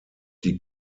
die